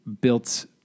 built